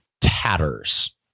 tatters